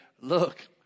look